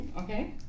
Okay